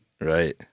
Right